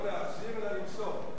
לא להחזיר אלא למסור.